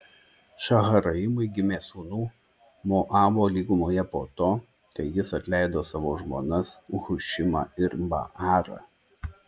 šaharaimui gimė sūnų moabo lygumoje po to kai jis atleido savo žmonas hušimą ir baarą